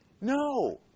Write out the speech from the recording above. No